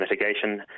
mitigation